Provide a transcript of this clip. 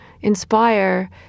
inspire